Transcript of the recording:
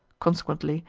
consequently,